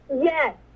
Yes